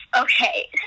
Okay